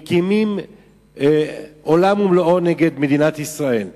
מקימים עולם ומלואו נגד מדינת ישראל.